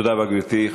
תודה רבה, גברתי.